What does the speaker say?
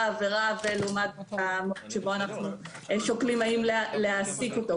העבירה לעומת המועד שבו אנחנו שוקלים האם להעסיק אותו.